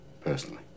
Personally